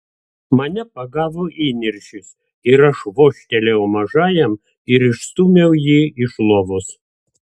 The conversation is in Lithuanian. mane pagavo įniršis ir aš vožtelėjau mažajam ir išstūmiau jį iš lovos